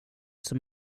som